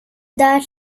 där